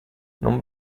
non